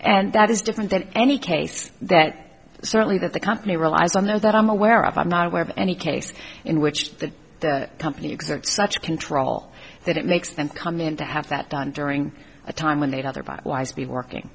and that is different than any case that certainly that the company relies on no that i'm aware of i'm not aware of any case in which the company exerts such control that it makes them come in to have that done during a time when they'd rather vitalized be working